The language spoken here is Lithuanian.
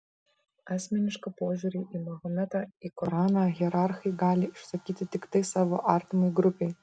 asmenišką požiūrį į mahometą į koraną hierarchai gali išsakyti tiktai savo artimai grupei